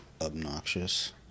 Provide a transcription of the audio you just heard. obnoxious